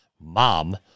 mom